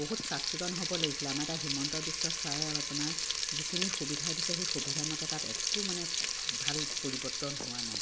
বহুত চাফচিকুণ হ'ব লাগিছিলে আমাৰ এতিয়া হিমন্ত বিশ্ব ছাৰে আপোনাৰ যিখিনি সুবিধা দিছে সেই সুবিধামতে তাত একো মানে ভাল পৰিৱৰ্তন হোৱা নাই